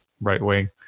right-wing